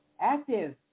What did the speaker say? active